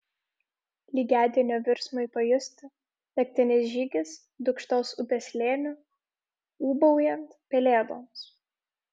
lygiadienio virsmui pajusti naktinis žygis dūkštos upės slėniu ūbaujant pelėdoms